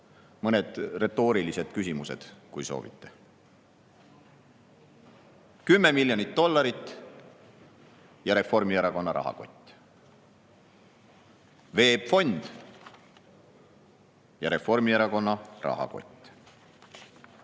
mõned retoorilised küsimused, kui soovite. 10 miljonit dollarit ja Reformierakonna rahakott. VEB Fond ja Reformierakonna rahakott.